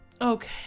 okay